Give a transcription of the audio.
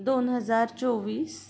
दोन हजार चोवीस